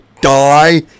die